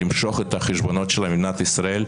למשוך את החשבונות שלה ממדינת ישראל.